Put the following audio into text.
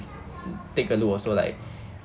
take a look also like